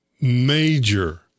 major